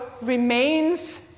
remains